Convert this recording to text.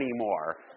anymore